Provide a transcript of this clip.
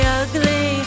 ugly